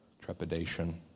trepidation